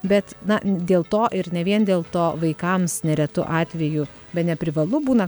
bet na dėl to ir ne vien dėl to vaikams neretu atveju bene privalu būna